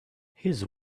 his